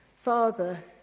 Father